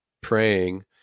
praying